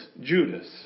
Judas